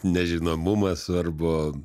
ne žinomumas svarbu